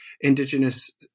indigenous